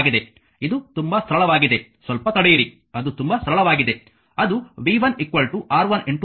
ಇದು ತುಂಬಾ ಸರಳವಾಗಿದೆ ಸ್ವಲ್ಪ ತಡೆಯಿರಿ ಅದು ತುಂಬಾ ಸರಳವಾಗಿದೆ ಅದು v 1 R1 i